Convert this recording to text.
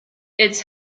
its